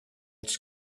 its